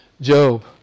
Job